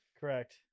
correct